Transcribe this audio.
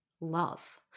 love